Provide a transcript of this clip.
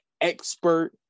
expert